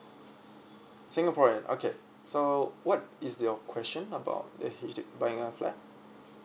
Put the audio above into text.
singaporean okay so what is your question about the buying a flat